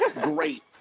Great